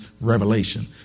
revelation